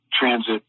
transit